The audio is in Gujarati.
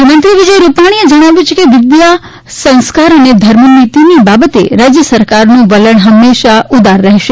મુખ્યમંત્રી વિજય રુપાણીએ જણાવ્યું છે કે વિદ્યા સંસ્કાર અને ધર્મનીતીની બાબતે રાજય સરકારનું વલણ હંમેશા ઉદાર રહેશે